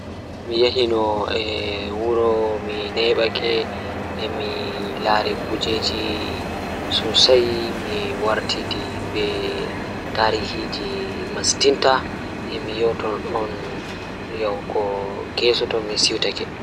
Miyahi e wuro no mi neeɓake eh milaari kujeeji sosai mi wartidi be tarihiiji masitinta eh miyewtan on yahugo yeeso tomi siwtake.